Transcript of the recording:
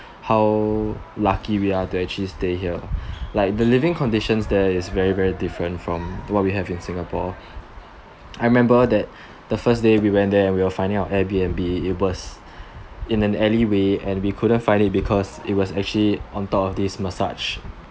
how lucky we are to actually stay here like the living conditions there is very very different from what we have in Singapore I remember that the first day we went there we were finding out airbnb it was in an alley way and we couldn't find it because it was actually on top of this massage